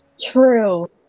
True